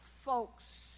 folks